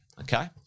Okay